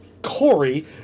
Corey